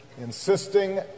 insisting